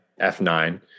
F9